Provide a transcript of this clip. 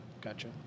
gotcha